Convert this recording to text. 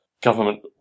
government